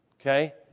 Okay